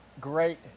Great